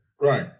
right